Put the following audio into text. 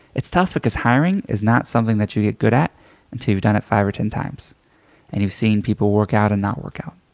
it's tough because hiring is not something that you get good at until you've done it five or ten times and you've seen people work out and not work out.